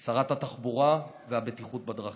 שרת התחבורה והבטיחות בדרכים,